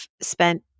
spent